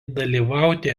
dalyvauti